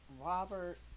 Robert